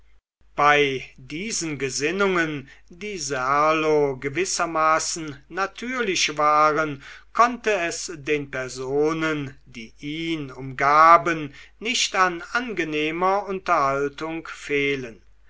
bei diesen gesinnungen die serlo gewissermaßen natürlich waren konnte es den personen die ihn umgaben nicht an angenehmer unterhaltung fehlen